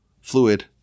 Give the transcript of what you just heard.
fluid